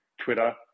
Twitter